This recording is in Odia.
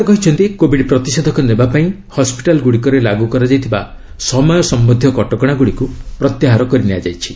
ସରକାର କହିଛନ୍ତି କୋବିଡ୍ ପ୍ରତିଷେଧକ ନେବା ପାଇଁ ହସ୍କିଟାଲ୍ ଗୁଡ଼ିକରେ ଲାଗୁ କରାଯାଇଥିବା ସମୟ ସମ୍ଭନ୍ଧୀୟ କଟକଣା ଗୁଡ଼ିକୁ ପ୍ରତ୍ୟାହାର କରିନିଆଯାଇଛି